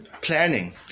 planning